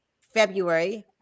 February